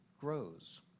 grows